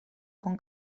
con